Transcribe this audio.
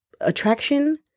attraction